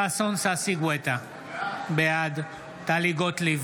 ששון ששי גואטה, בעד טלי גוטליב,